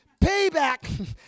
payback